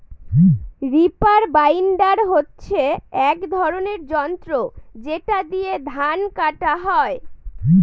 reaper binder হচ্ছে এক ধরনের যন্ত্র যেটা দিয়ে ধান কাটা হয়